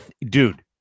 dude